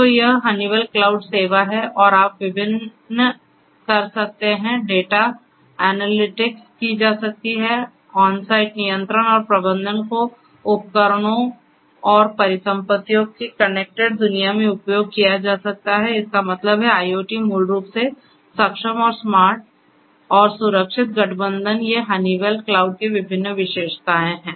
तो यह Honeywell cloud सेवा है और आप विभिन्न कर सकते हैं डेटा एनालिटिक्स की जा सकती है ऑनसाइट नियंत्रण और प्रबंधन को उपकरणों और परिसंपत्तियों की कनेक्टेड दुनिया में उपयोग किया जा सकता है इसका मतलब है IoT मूल रूप से सक्षम और स्मार्ट और सुरक्षित गठबंधन ये हनीवेल क्लाउड की विभिन्न विशेषताएं हैं